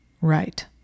Right